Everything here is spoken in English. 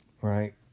right